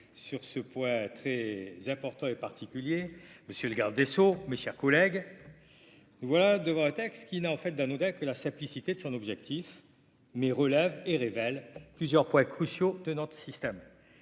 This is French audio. sur ce point très important et particulier monsieur le garde des sceaux, mes chers collègues, voilà devant un texte qui n'a en fait d'un ou dès que la simplicité de son objectif, mais relève et révèle plusieurs points cruciaux de notre système,